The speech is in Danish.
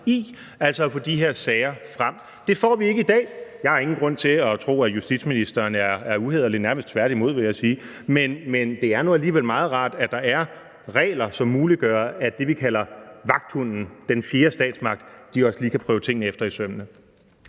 i, altså at få de her sager frem. Det får vi ikke i dag. Jeg har ingen grund til at tro, at justitsministeren er uhæderlig, nærmest tværtimod vil jeg sige, men det er nu alligevel meget rart, at der er regler, som muliggør, at det, vi kalder vagthunden – den fjerde statsmagt – også lige kan kigge tingene efter i sømmene.